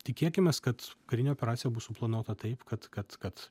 tikėkimės kad karinė operacija bus suplanuota taip kad kad kad